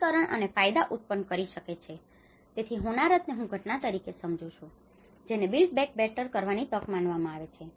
એકીકરણ અને ફાયદા ઉત્પન્ન કરી શકે છે તેથી હોનારતને હું ઘટના તરીકે સમજું છું જેને built back better built back better સારી રીતે નિર્માણ કરવાની તક માનવામાં આવે છે